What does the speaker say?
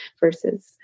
versus